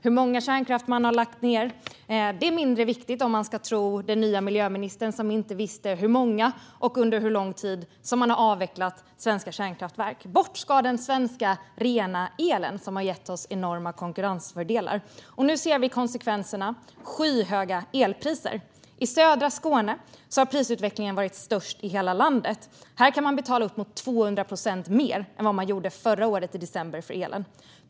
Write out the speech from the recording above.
Hur många kärnkraftverk man lagt ned är mindre viktigt om man ska tro den nya miljöministern, som inte visste hur många eller under hur lång tid man avvecklat svenska kärnkraftverk. Bort ska den svenska rena elen som har gett oss enorma konkurrensfördelar. Nu ser vi konsekvenserna: skyhöga elpriser. I södra Skåne har prisutvecklingen varit störst i hela landet. Här kan man betala upp mot 200 procent mer för elen än man gjorde i december förra året.